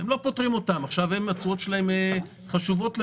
התשואות שלהם חשובות להם,